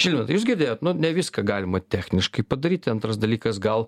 žilvinai tai jūs girdėjot nu ne viską galima techniškai padaryti antras dalykas gal